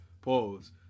Pause